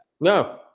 No